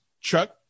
Chuck